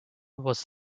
was